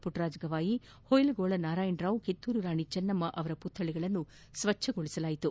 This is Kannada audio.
ಪುಟ್ಟರಾಜ ಗವಾಯಿ ಹುಯಿಲಗೊಳ ನಾರಾಯಣರಾವ್ ಕಿತ್ತೂರು ರಾಣಿ ಚೆನ್ನಮ್ಮ ಅವರ ಪುತ್ತಳಿಗಳನ್ನು ಸ್ವಚ್ಚಗೊಳಿಸಲಾಯಿತು